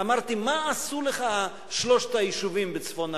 אמרתי: מה עשו לך שלושת היישובים בצפון הרצועה?